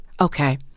Okay